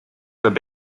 peab